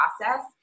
process